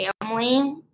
family